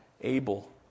able